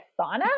sauna